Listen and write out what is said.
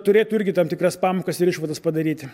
turėtų irgi tam tikras pamokas ir išvadas padaryti